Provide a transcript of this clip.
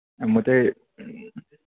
अब म चाहिँ